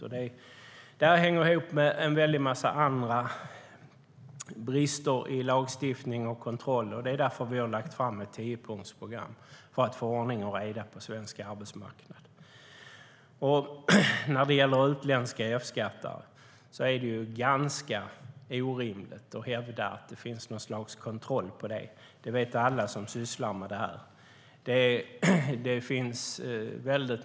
Det här hänger ihop med en väldig massa andra brister i lagstiftning och kontroller. Det är därför som vi har lagt fram ett tiopunktsprogram - för att få ordning och reda på svensk arbetsmarknad. När det gäller utländska F-skattare är det ganska orimligt att hävda att det finns något slags kontroll på det, det vet alla som sysslar med det här.